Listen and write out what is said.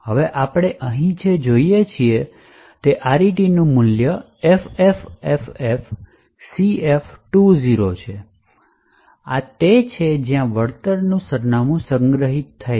હવે આપણે અહીં જે જોઈએ છીએ તે છે RET નું મૂલ્ય FFFFCF20 છે આ તે છે જ્યાં વળતર સરનામું સંગ્રહિત થાય છે